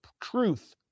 truth